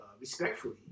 respectfully